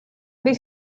they